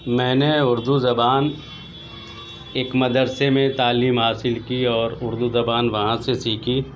میں نے اردو زبان ایک مدرسے میں تعلیم حاصل کی اور اردو زبان وہاں سے سیکھی